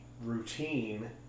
Routine